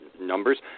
numbers